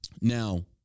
Now